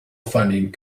funding